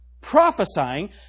prophesying